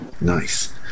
Nice